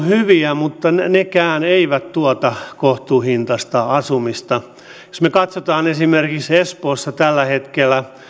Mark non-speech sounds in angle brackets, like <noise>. <unintelligible> hyviä mutta nekään eivät tuota kohtuuhintaista asumista jos me katsomme esimerkiksi espoossa tällä hetkellä